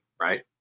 right